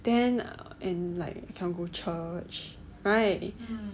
then and like cannot go church right